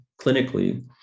clinically